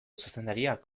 zuzendariak